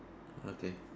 okay